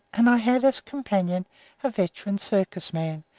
and i had as companion a veteran circus man,